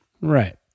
Right